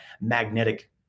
magnetic